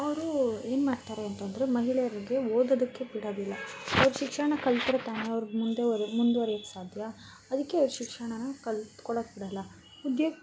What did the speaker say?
ಅವರು ಏನ್ಮಾಡ್ತಾರೆ ಅಂತಂದರೆ ಮಹಿಳೆಯರಿಗೆ ಓದೋದಕ್ಕೆ ಬಿಡೋದಿಲ್ಲ ಅವ್ರು ಶಿಕ್ಷಣ ಕಲ್ತ್ರೆ ತಾನೇ ಅವ್ರಿಗೆ ಮುಂದೆ ಓ ಮುಂದುವರ್ಯಕ್ಕೆ ಸಾಧ್ಯ ಅದಕ್ಕೆ ಶಿಕ್ಷಣಾನ ಕಲ್ತ್ಕೊಳ್ಳಕ್ಕೆ ಬಿಡಲ್ಲ ಉದ್ಯ